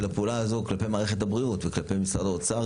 הפעולה הזו כלפי מערכת הבריאות וכלפי משרד האוצר,